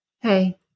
Hey